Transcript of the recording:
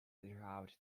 throughout